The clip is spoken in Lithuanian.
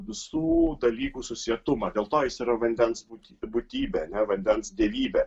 visų dalykų susietumą dėl to jis yra vandens būtybė būtybė ne vandens dievybė